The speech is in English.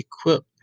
equip